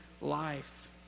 life